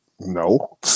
No